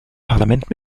parlament